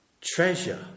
Treasure